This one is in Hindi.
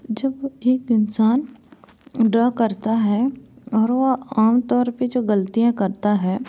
जब एक इंसान ड्रॉ करता है और वह आमतौर पर जो गलतियाँ करता है